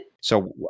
So-